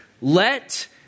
let